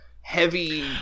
heavy